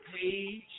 page